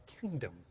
kingdom